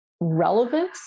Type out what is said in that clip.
relevance